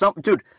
Dude